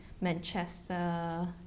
Manchester